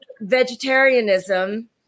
Vegetarianism